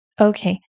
Okay